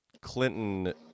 Clinton